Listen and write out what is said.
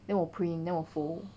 then 我 print then 我 fold